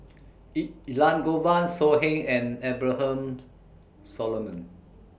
E Elangovan So Heng and Abraham Solomon